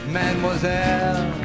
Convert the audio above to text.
mademoiselle